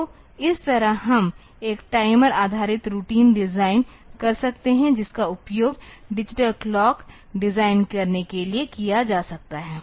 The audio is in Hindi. तो इस तरह हम एक टाइमर आधारित रूटीन डिजाइन कर सकते हैं जिसका उपयोग डिजिटल क्लॉक डिजाइन करने के लिए किया जा सकता है